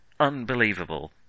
unbelievable